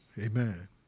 Amen